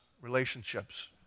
relationships